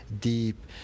deep